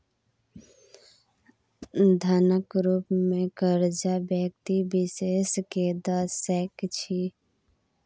धनक रुप मे करजा व्यक्ति विशेष केँ द सकै छी